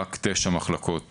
רק תשע מחלקות